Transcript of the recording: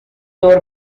دور